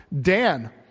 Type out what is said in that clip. Dan